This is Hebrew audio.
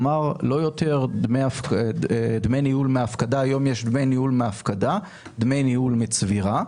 היום יש דמי ניהול מהפקה, דמי ניהול מצבירה.